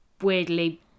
weirdly